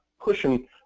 pushing